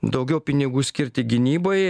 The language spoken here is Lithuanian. daugiau pinigų skirti gynybai